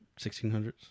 1600s